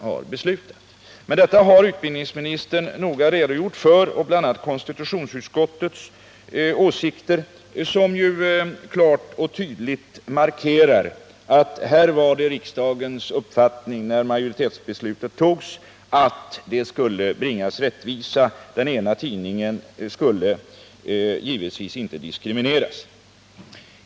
Men bakgrunden har utbildningsministern noga redogjort för — bl.a. konstitutionsutskottets uttalande, som klart och tydligt markerar att det var riksdagens uppfattning, när majoritetsbeslutet togs, att det skulle skipas rättvisa. Ingen tidning skulle diskrimineras.